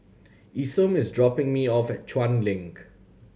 Isom is dropping me off at Chuan Link